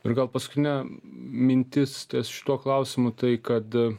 ir gal paskutinė mintis ties šituo klausimu tai kad